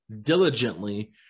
diligently